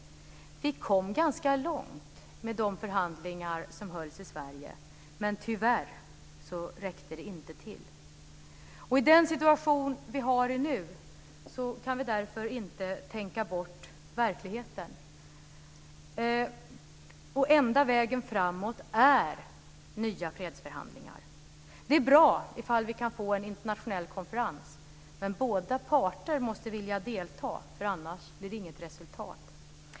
Vi kom ganska långt med de förhandlingar som hölls i Sverige, men tyvärr räckte det inte till. I den situation som vi har nu kan vi därför inte tänka bort verkligheten. Enda vägen framåt är nya fredsförhandlingar. Det är bra om vi kan få en internationell konferens, men båda parter måste vilja delta. Annars blir det inget resultat.